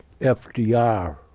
FDR